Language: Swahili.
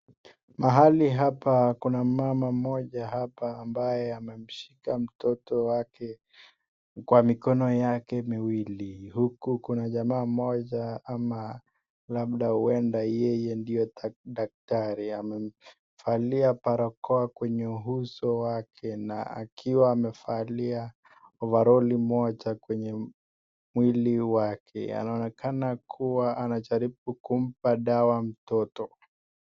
Mahali hapa kuna mama hapa ambaye ameshika mtoto wake kwa mikono ya miwili huku Kuna jamaa moja ama labda uenda yeye ndio daktari, amevalia barakoa kwenye uso wake na akiwa amevalia ovaroli moja kwenye mwili wake, anaonekana kuwa anajaribu kumpaa dawa mtoto